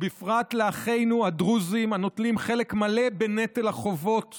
ובפרט לאחינו הדרוזים הנוטלים חלק מלא בנטל החובות